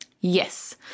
yes